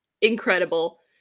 incredible